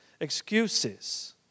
excuses